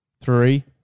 three